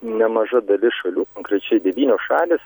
nemaža dalis šalių konkrečiai devynios šalys